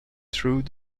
through